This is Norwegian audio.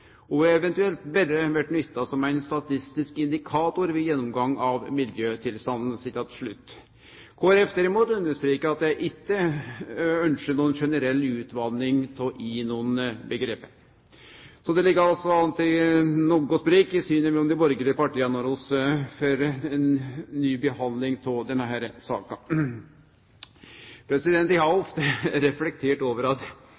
og eventuelt berre vert nytta som ein statistisk indikator ved gjennomgang av miljøtilstanden». Kristeleg Folkeparti derimot understrekar at dei «ikke ønsker noen generell utvanning av INON-begrepet». Så det ligg altså an til noko sprik i synet mellom dei borgarlege partia når vi får ei ny behandling av denne saka. Eg har ofte reflektert over